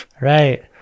Right